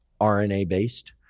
RNA-based